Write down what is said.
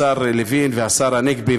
השר לוין והשר הנגבי,